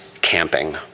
camping